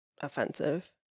offensive